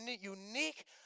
unique